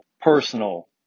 personal